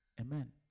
Amen